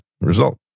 result